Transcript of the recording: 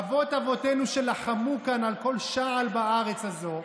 אבות אבותינו שלחמו כאן על כל שעל בארץ הזו,